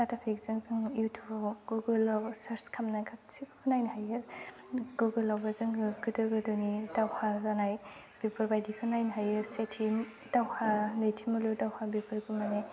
data पेकजों जों युटुबाव गुगोलाव सार्स खालामना सोब नायनो हायो गुगोलावबो जों गोदो गोदायनि दावहा जानाय बेफोरबायदिखौ नायनो हायो सेथि दावहा नैथि मुलुग दावहा बेफोरखौ माने